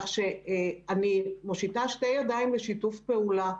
אני מושיטה שתי ידיים לשיתוף פעולה.